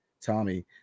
Tommy